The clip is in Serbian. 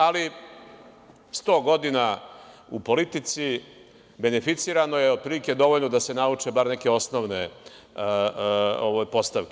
Ali, sto godina u politici, beneficirano, je otprilike dovoljno da se nauče bar neke osnovne postavke.